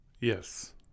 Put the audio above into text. Yes